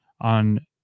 on